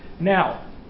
Now